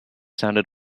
sounded